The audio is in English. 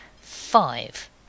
five